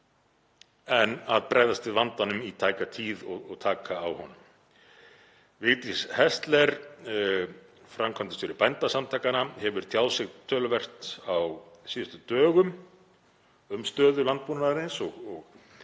en að bregðast við vandanum í tæka tíð og taka á honum. Vigdís Häsler, framkvæmdastjóri Bændasamtakanna, hefur tjáð sig töluvert á síðustu dögum um stöðu landbúnaðarins og